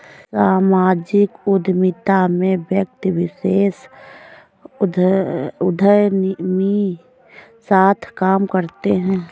सामाजिक उद्यमिता में व्यक्ति विशेष उदयमी साथ काम करते हैं